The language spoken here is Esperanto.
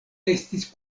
estis